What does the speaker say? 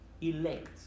elect